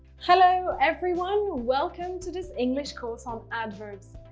hello, everyone. welcome to this english course on adverbs.